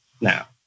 now